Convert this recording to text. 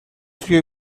توی